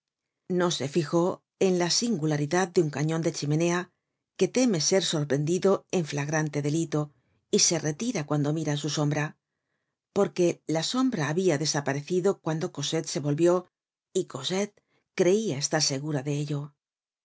no se fijó en la singularidad de un cañon de chimenea que teme ser sorprendido en flagrante delito y se retira cuando miran su sombra porque la sombra habia desaparecido cuando cosette se volvió y cosette creia estar segura de ello